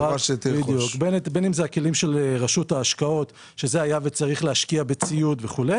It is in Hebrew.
בין אם אלה הכלים של רשות ההשקעות במידה וצריך להשקיע בציוד וכו',